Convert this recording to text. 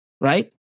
right